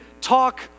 talk